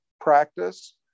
practice